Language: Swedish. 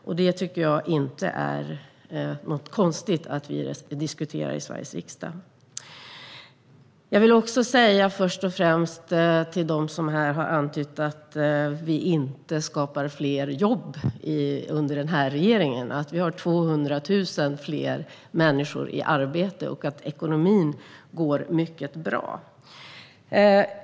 Jag tycker inte att det är konstigt att vi diskuterar detta i Sveriges riksdag. Till dem som här har antytt att regeringen inte skapar fler jobb vill jag först och främst säga att 200 000 fler människor har fått arbete och att ekonomin går mycket bra.